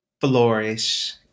flourish